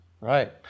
right